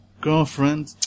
girlfriend